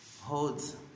holds